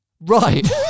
Right